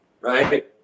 right